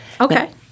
Okay